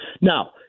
Now